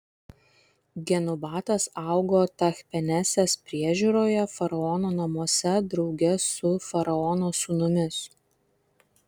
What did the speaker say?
genubatas augo tachpenesės priežiūroje faraono namuose drauge su faraono sūnumis